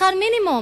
בשכר מינימום.